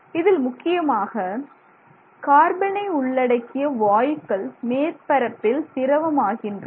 இதில் முக்கியமாக கார்பனை உள்ளடக்கிய வாயுக்கள் மேற்பரப்பில் திரவமாகின்றன